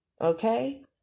Okay